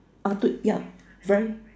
uh two yeah very